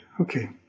okay